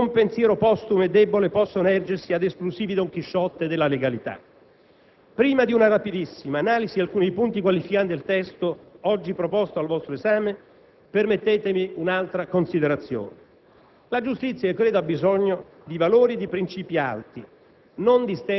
repubblicana. Anche rispetto a questo provvedimento, non ci sono finti pretoriani che, con pensiero postumo e debole, possano ergersi ad esclusivi Don Chisciotte della legalità. Prima di una rapidissima analisi di alcuni punti qualificanti del testo oggi proposto al vostro esame, permettetemi un'altra considerazione.